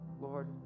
Lord